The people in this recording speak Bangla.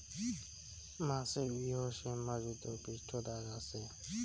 মাছের বৃহৎ শ্লেষ্মাযুত পৃষ্ঠদ্যাশ আচে